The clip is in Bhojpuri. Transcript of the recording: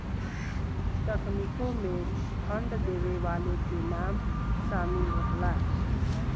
तकनीकों मे फंड देवे वाले के नाम सामिल रहला